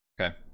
Okay